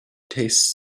taste